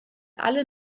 alle